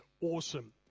awesome